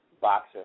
boxer